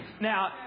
now